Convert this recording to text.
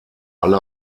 alle